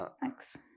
Thanks